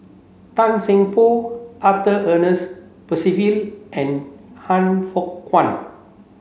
Tan Seng Poh Arthur Ernest Percival and Han Fook Kwang